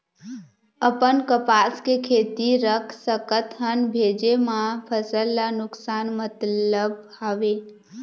अपन कपास के खेती रख सकत हन भेजे मा फसल ला नुकसान मतलब हावे?